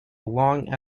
long